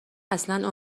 اصلا